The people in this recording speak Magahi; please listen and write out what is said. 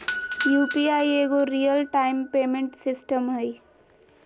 यु.पी.आई एगो रियल टाइम पेमेंट सिस्टम हइ